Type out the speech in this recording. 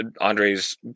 Andre's